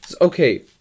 Okay